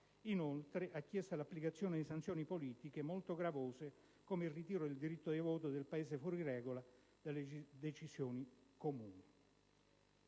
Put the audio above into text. Inoltre, ha chiesto l'applicazione di sanzioni politiche molto gravose, come il ritiro del diritto di voto del Paese fuori regola dalle decisioni comuni.